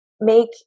make